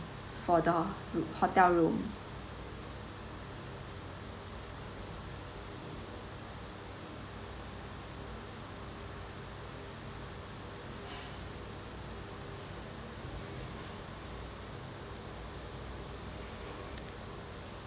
for the hotel room